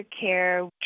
care